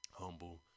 humble